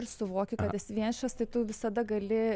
ir suvoki kad esi vienišas tai tu visada gali